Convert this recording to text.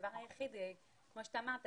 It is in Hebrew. הדבר היחיד כמו שאתה אמרת,